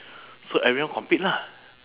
so everyone compete lah